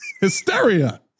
hysteria